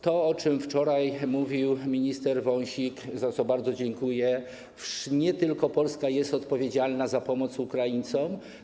To, o czym wczoraj mówił minister Wąsik, za co bardzo dziękuję: nie tylko Polska jest odpowiedzialna za pomoc Ukraińcom.